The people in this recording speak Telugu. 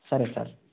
సరే సార్